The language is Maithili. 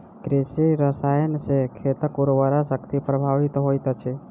कृषि रसायन सॅ खेतक उर्वरा शक्ति प्रभावित होइत अछि